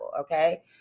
okay